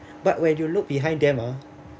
but when you look behind them ah